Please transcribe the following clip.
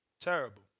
terrible